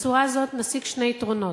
בצורה הזאת נשיג שני יתרונות: